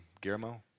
Guillermo